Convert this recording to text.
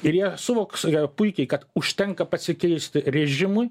ir jie suvoksia puikiai kad užtenka pasikeisti režimui